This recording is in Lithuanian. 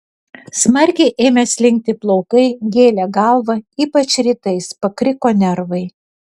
smarkiai ėmė slinkti plaukai gėlė galvą ypač rytais pakriko nervai